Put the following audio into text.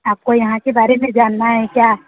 आपको यहाँ के बारे में जानना है क्या